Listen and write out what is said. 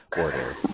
order